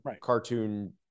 cartoon